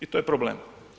I to je problem.